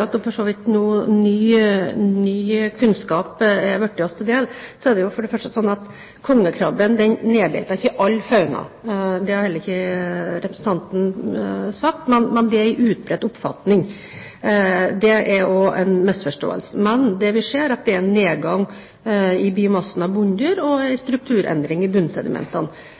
der ny kunnskap er blitt oss til del: Det er sånn at kongekrabben nedbeiter ikke all fauna. Det har heller ikke representanten sagt, men det er en utbredt oppfatning. Det er en misforståelse. Men det vi ser, er at det er nedgang i biomassen av bunndyr og en strukturendring i bunnsedimentene.